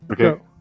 okay